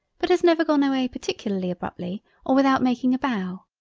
but has never gone away particularly abruptly or without making a bow.